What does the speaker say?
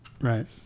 Right